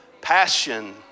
Passion